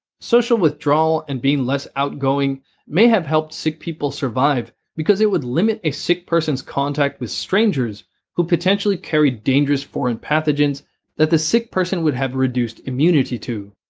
social withdrawal and being less outgoing may have helped sick people survive because it would limit a sick person's contact with strangers who potentially carried dangerous foreign pathogens that the sick person would have had reduced immunity to.